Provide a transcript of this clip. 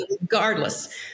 regardless